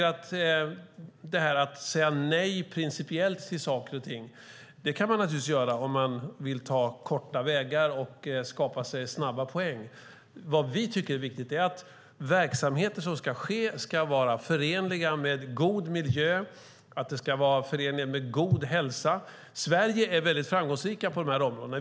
Att principiellt säga nej till saker och ting kan man naturligtvis ägna sig åt om man vill ta korta vägar och skaffa sig snabba poäng. Vad vi tycker är viktigt är att verksamheter som ska finnas ska vara förenliga med god miljö och med god hälsa. Sverige är väldigt framgångsrikt på de här områdena.